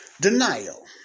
denial